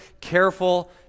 careful